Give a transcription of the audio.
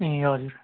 ए हजुर